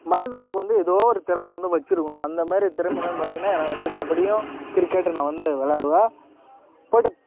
மனிதனுக்கு வந்து எதோ ஒரு திறமை வந்து வச்சிருக்கணும் அந்த மாதிரி திறமை என்னன்னு பார்த்தீங்கன்னா எனக்கு வந்து கபடியும் கிரிக்கெட் நான் வந்து விளாடுவேன் போட்டுப்